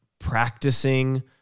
practicing